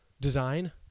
design